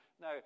Now